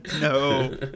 No